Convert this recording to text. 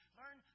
learn